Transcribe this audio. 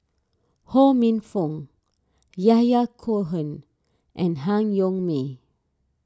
Ho Minfong Yahya Cohen and Han Yong May